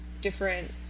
different